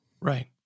Right